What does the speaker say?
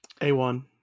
A1